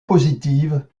positive